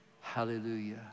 Hallelujah